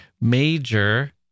major